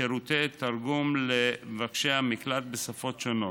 שירותי תרגום למבקשי המקלט בשפות שונות.